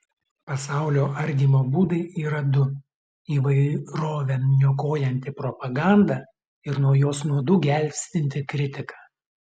pasaulio ardymo būdai yra du įvairovę niokojanti propaganda ir nuo jos nuodų gelbstinti kritika